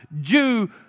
Jew